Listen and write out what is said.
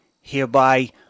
hereby